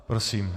Prosím.